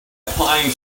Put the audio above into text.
applying